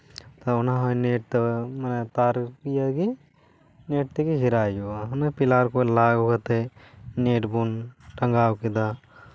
ᱛᱚ ᱚᱱᱟ ᱦᱚᱸ ᱛᱟᱨ ᱤᱭᱟᱹ ᱜᱤ ᱱᱮᱴ ᱛᱮᱜᱤ ᱜᱷᱮᱨᱟᱭ ᱦᱩᱭᱩᱜᱼᱟ ᱚᱱᱮ ᱯᱤᱞᱟᱨ ᱠᱚ ᱞᱟ ᱜᱚᱫ ᱠᱟᱛᱮ ᱱᱮᱴ ᱵᱚᱱ ᱴᱟᱸᱜᱟᱣ ᱠᱮᱫᱟ